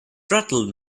rattled